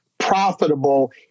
profitable